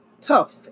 tough